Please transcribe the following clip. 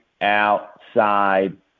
outside